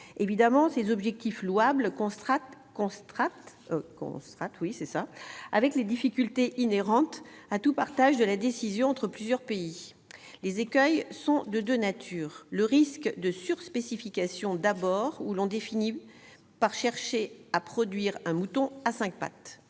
Évidemment, ces objectifs louables contrastent avec les difficultés inhérentes à tout partage de décision entre plusieurs pays. Les écueils sont de deux natures. « Le premier est le risque de « sur-spécification »: on finit par chercher à produire un mouton à cinq pattes.